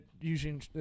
using